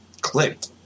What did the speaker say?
clicked